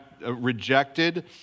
rejected